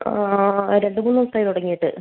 രണ്ട് മൂന്ന് ദിവസമായി തുടങ്ങിയിട്ട്